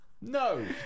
No